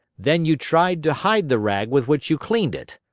then you tried to hide the rag with which you cleaned it,